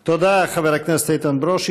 תודה, חבר הכנסת איתן ברושי.